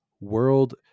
World